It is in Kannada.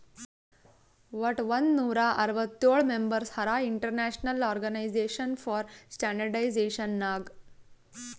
ವಟ್ ಒಂದ್ ನೂರಾ ಅರ್ವತ್ತೋಳ್ ಮೆಂಬರ್ಸ್ ಹರಾ International Organization for Standardization Nag